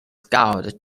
scout